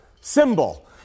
symbol